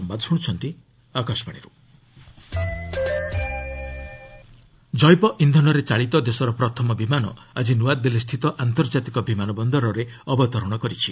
bio fuel flight ଜୈବ ଇନ୍ଧନରେ ଚାଳିତ ଦେଶର ପ୍ରଥମ ବିମାନ ଆଜି ନ୍ତଆଦିଲ୍ଲୀସ୍ଥିତ ଆନ୍ତର୍କାତିକ ବିମାନ ବନ୍ଦରରେ ଅବତରଣ କରିଛି